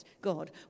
God